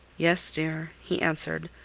yes, dear, he answered,